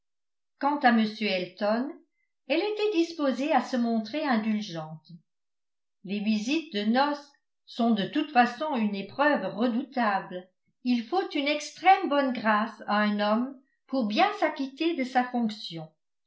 quant à m elton elle était disposée à se montrer indulgente les visites de noce sont de toute façon une épreuve redoutable il faut une extrême bonne grâce à un homme pour bien s'acquitter de sa fonction